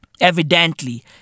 Evidently